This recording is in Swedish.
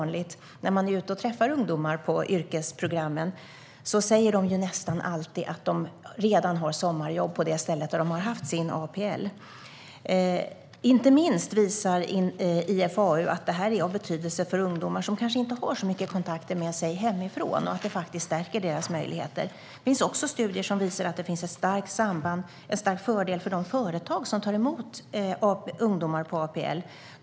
När man är ute och träffar ungdomar på yrkesprogrammen säger de nästan alltid att de redan har sommarjobb på det ställe där de haft sin APL. Inte minst visar IFAU att detta är av betydelse för ungdomar som kanske inte har så mycket kontakter med sig hemifrån och att det faktiskt stärker deras möjligheter. Det finns också studier som visar att det finns en stark fördel för de företag som tar emot ungdomar på APL.